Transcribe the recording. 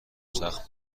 سخت